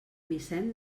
vicent